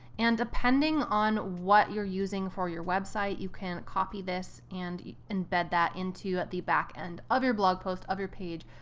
and depending on what you're using for your website, you can copy this and embed that into the back end of your blog post, of your page,